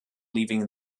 leaving